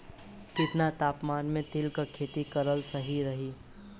केतना तापमान मे तिल के खेती कराल सही रही?